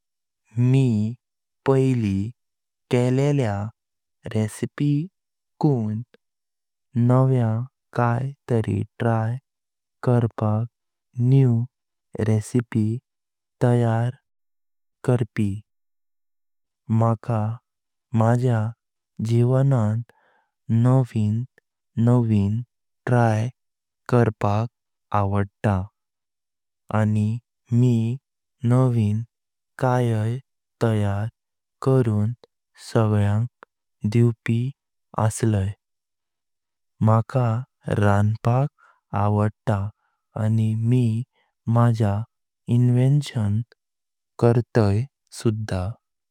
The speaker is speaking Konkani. मी पाईली केलेल्या रेसिपी कण मावय काय तरी ट्राय करपाक नवी रेसिपी कारपी तयार। मका माझ्या जीवनान नवीन नवीन ट्राय करपाक आवडता। आणि मी नवीन कायक तयार करून सगळ्यांग दिवपी असलाय। मका रानपाक आवडता आणि मी माजा इन्व्हेंशन करताी सुधार।